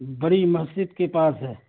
بڑی مسجد کے پاس ہے